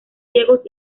ciegos